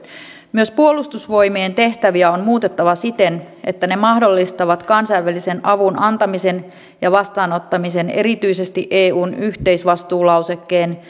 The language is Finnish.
myös puolustusvoimien tehtäviä on muutettava siten että ne mahdollistavat kansainvälisen avun antamisen ja vastaanottamisen erityisesti eun yhteisvastuulausekkeen